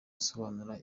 asobanura